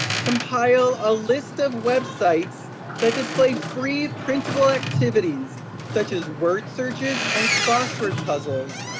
compile a list of websites that display free, printable activities such as word searches and crossword puzzles.